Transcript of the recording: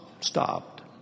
stopped